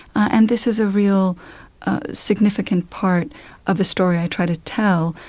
and this is a real significant part of the story i try to tell.